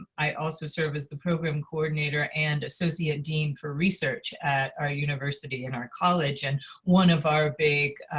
i also serve as the program coordinator and associate dean for research at our university and our college. and one of our big